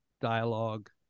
dialogue